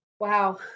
Wow